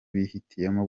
bihitiyemo